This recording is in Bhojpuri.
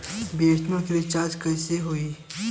बी.एस.एन.एल के रिचार्ज कैसे होयी?